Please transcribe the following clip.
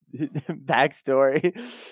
backstory